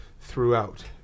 throughout